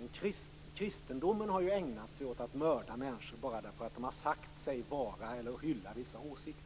Under kristendomen har man ju ägnat sig åt att mörda människor bara därför att de har sagt sig hylla vissa åsikter.